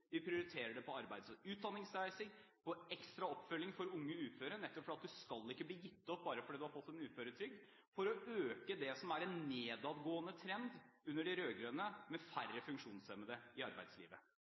vi prioriterer det på arbeids- og utdanningsreiser og ekstra oppfølging av unge uføre, nettopp fordi du ikke skal bli gitt opp bare fordi du har fått en uføretrygd – for å øke det som er en nedadgående trend under de rød-grønne, med